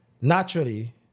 Naturally